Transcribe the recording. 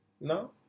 no